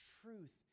truth